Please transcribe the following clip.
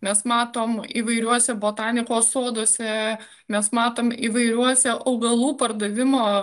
mes matom įvairiuose botanikos soduose mes matom įvairiuose augalų pardavimo